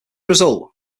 result